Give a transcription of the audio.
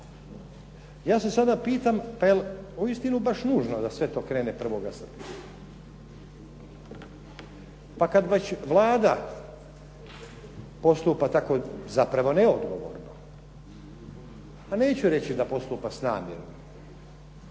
Ja se sada pitam pa jel uistinu baš nužno da sve to krene 1. srpnja. Pa kad već Vlada postupa tako zapravo neodgovorno, neću reći da postupa s namjerom